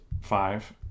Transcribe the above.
five